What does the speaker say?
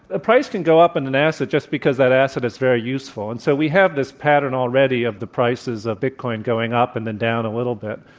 ah price can go up in an asset just because that asset is very useful and so we have this pattern already of the prices of bitcoin going up and then down a little bit.